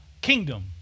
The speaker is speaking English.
kingdom